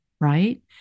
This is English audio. right